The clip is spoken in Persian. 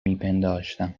میپنداشتم